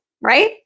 Right